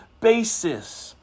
basis